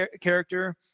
character